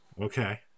okay